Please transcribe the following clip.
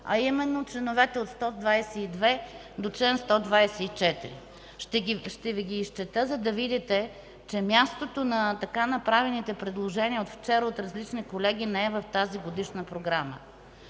а именно от чл. 122-124. Ще Ви ги изчета, за да видите, че мястото на така направените предложения вчера от различни колеги не е в тази Годишна програма.